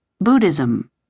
Buddhism